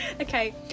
okay